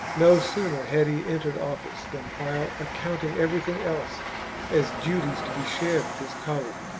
no sooner had he entered office than, while accounting everything else as duties to be shared with his col league,